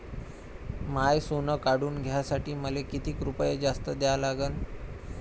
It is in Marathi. माय सोनं काढून घ्यासाठी मले कितीक रुपये जास्त द्या लागन?